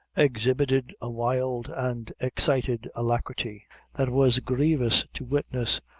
exhibited a wild and excited alacrity that was grievous to witness,